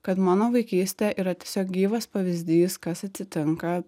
kad mano vaikystė yra tiesiog gyvas pavyzdys kas atsitinka